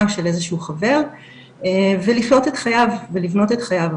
של איזה שהוא חבר ולחיות את חייו ולבנות את חייו,